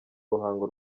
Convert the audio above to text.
ruhango